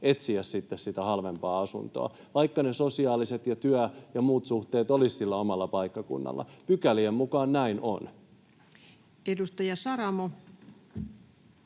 sitten sitä halvempaa asuntoa, vaikka ne sosiaaliset ja työ- ja muut suhteet olisivat sillä omalla paikkakunnalla? Pykälien mukaan näin on. [Speech